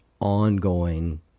ongoing